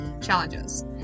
challenges